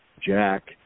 Jack